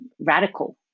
radical